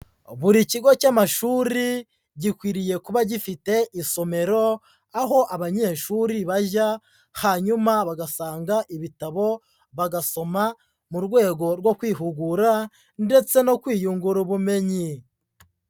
Buri kigo cy'amashuri, gikwiriye kuba gifite isomero, aho abanyeshuri bajya, hanyuma bagasanga ibitabo, bagasoma, mu rwego rwo kwihugura ndetse no kwiyungura ubumenyi.